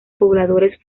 pobladores